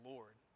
Lord